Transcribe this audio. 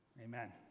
Amen